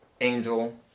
angel